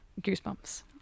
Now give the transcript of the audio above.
goosebumps